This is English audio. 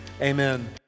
amen